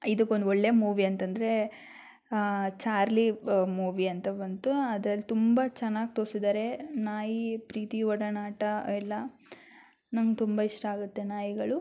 ಇದುಕ್ಕೊಂದು ಒಳ್ಳೆಯ ಮೂವಿ ಅಂತಂದರೆ Charlie movie ಅಂತ ಬಂತು ಅದ್ರಲ್ಲಿ ತುಂಬ ಚೆನ್ನಾಗಿ ತೋರ್ಸಿದ್ದಾರೆ ನಾಯಿ ಪ್ರೀತಿಯು ಒಡನಾಟ ಎಲ್ಲ ನಂಗೆ ತುಂಬ ಇಷ್ಟ ಆಗುತ್ತೆ ನಾಯಿಗಳು